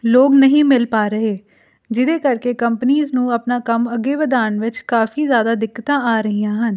ਲੋਕ ਨਹੀਂ ਮਿਲ ਪਾ ਰਹੇ ਜਿਹਦੇ ਕਰਕੇ ਕੰਪਨੀਜ਼ ਨੂੰ ਆਪਣਾ ਕੰਮ ਅੱਗੇ ਵਧਾਉਣ ਵਿੱਚ ਕਾਫੀ ਜ਼ਿਆਦਾ ਦਿੱਕਤਾਂ ਆ ਰਹੀਆਂ ਹਨ